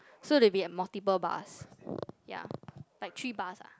so there will be a multiple bars ya like three bars ah